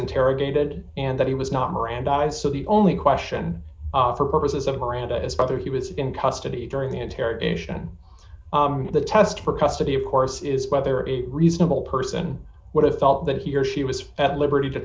interrogated and that he was not mirandized so the only question for purposes of miranda is whether he was in custody during the interrogation the test for custody of course is whether it reasonable person would have felt that he or she was at liberty to